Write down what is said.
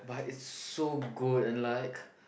but is so good and like